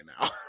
now